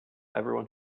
everyone